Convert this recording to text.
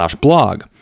blog